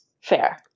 Fair